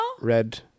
Red